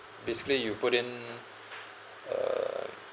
basically you put in uh